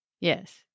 Yes